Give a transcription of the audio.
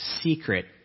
secret